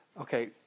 Okay